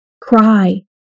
cry